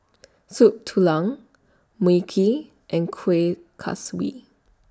Soup Tulang Mui Kee and Kueh Kaswi